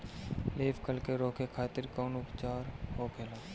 Leaf curl के रोके खातिर कउन उपचार होखेला?